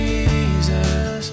Jesus